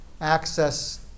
access